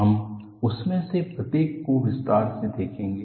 हम उनमें से प्रत्येक को विस्तार से देखेंगे